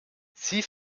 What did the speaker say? sie